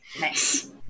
Nice